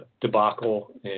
debacle